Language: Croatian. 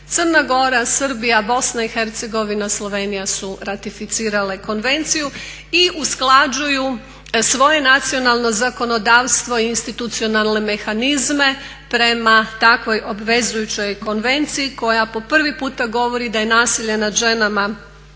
Crna Gora, Srbija, Bosna i Hercegovina, Slovenija su ratificirale konvenciju i usklađuju svoje nacionalno zakonodavstvo i institucionalne mehanizme prema takvoj obvezujućoj konvenciji koja po prvi puta govori da je nasilje nad ženama